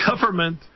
government